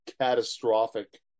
catastrophic